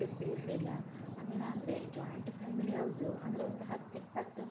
ಅಭ್ಯಾಸ ಇರಲಿಲ್ಲ ಅದೇನಂದರೆ ಜಾಯಿಂಟ್ ಫ್ಯಾಮಿಲಿ ಹೌದು ಅಂದರೆ ಒಂದು ಹತ್ತು ಇಪ್ಪತ್ತು